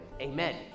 amen